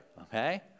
okay